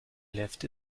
left